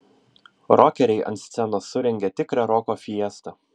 rokeriai ant scenos surengė tikrą roko fiestą